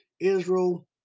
Israel